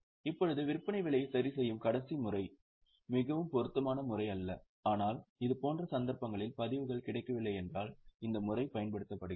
இப்போது விற்பனை விலையை சரிசெய்யும் கடைசி முறை மிகவும் பொருத்தமான முறை அல்ல ஆனால் இதுபோன்ற சந்தர்ப்பங்களில் பதிவுகள் கிடைக்கவில்லை என்றால் இந்த முறை பயன்படுத்தப்படுகிறது